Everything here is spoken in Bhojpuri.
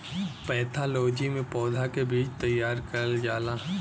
पैथालोजी में पौधा के बीज तैयार करल जाला